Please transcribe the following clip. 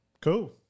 cool